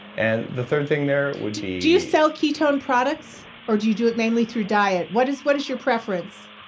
and the third thing there would be. do you sell ketone products or do you do it mainly through diet? what is what is your preference?